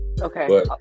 okay